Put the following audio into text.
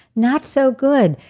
not so good.